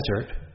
desert